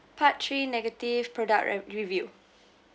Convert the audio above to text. part three negative product re~ review